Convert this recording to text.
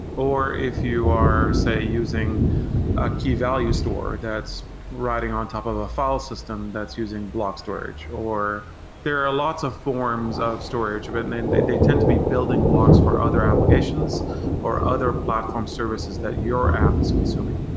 or if you are, say, using a key value store that's riding on top of a file system that's using block storage, or there are lots of forms of storage but and they they tend to be building blocks for other applications or other platform services that your app is consuming.